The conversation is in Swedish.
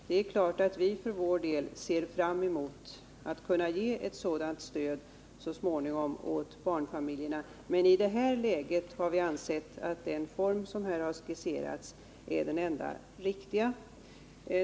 Det är klart att vi ser fram emot att så småningom kunna ge också detta slags stöd till barnfamiljerna, men i det nuvarande läget har vi ansett att den stödform som skisserats i propositionen är den enda riktiga.